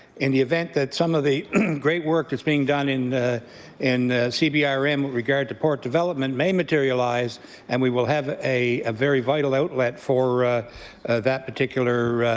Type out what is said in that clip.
in the event that some of the great work that's being done in in cbrm with um regard to part development may materialize and we will have a ah very vital outlet for that particular